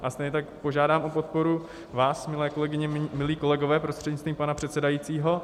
A stejně tak požádám o podporu vás, milé kolegyně, milí kolegové, prostřednictvím pana předsedajícího.